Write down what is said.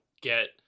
get